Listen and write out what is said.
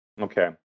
okay